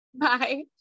Bye